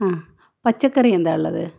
ആ പച്ചക്കറി എന്താള്ളത്